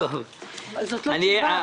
זו לא תשובה.